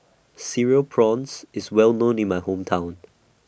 Cereal Prawns IS Well known in My Hometown